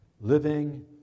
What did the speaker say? living